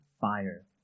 fire